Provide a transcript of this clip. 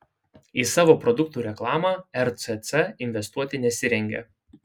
į savo produktų reklamą rcc investuoti nesirengia